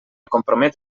compromet